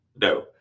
No